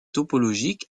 topologique